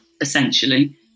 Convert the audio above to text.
essentially